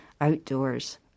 outdoors